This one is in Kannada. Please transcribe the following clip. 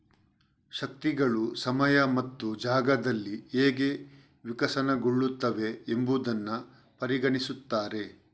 ಶಕ್ತಿಗಳು ಸಮಯ ಮತ್ತು ಜಾಗದಲ್ಲಿ ಹೇಗೆ ವಿಕಸನಗೊಳ್ಳುತ್ತವೆ ಎಂಬುದನ್ನು ಪರಿಗಣಿಸುತ್ತಾರೆ